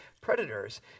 predators